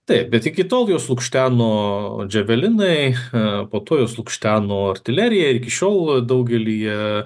taip bet iki tol juos lukšteno dževelinai po to juos lukšteno artilerija ir iki šiol daugelyje